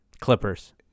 Clippers